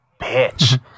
bitch